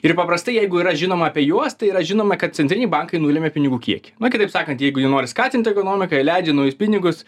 ir paprastai jeigu yra žinoma apie juos tai yra žinoma kad centriniai bankai nulemia pinigų kiekį na kitaip sakant jeigu jie nori skatinti ekonomiką jie leidžia naujus pinigus